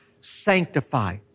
sanctify